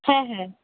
হ্যাঁ হ্যাঁ